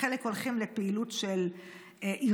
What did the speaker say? חלק הולכים לפעילות של ארגון